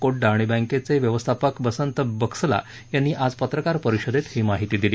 कोड्डा आणि बँकेचे व्यवस्थापक वसंत बक्सला यांनी आज पत्रकार परिषदेत ही माहिती दिली